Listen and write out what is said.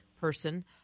person